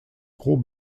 gros